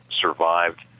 survived